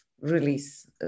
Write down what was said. release